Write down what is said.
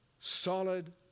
solid